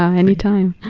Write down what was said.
ah anytime.